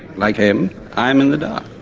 like him i'm in the dark.